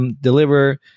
deliver